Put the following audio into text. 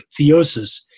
theosis